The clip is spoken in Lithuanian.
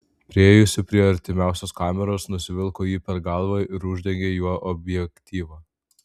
priėjusi prie artimiausios kameros nusivilko jį per galvą ir uždengė juo objektyvą